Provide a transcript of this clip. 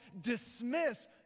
dismiss